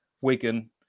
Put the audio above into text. Wigan